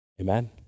Amen